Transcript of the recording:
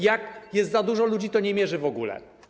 Jak jest za dużo ludzi, to nie mierzy w ogóle.